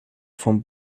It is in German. vom